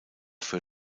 für